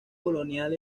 colonial